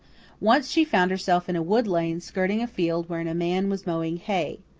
once she found herself in a wood lane skirting a field wherein a man was mowing hay.